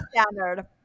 standard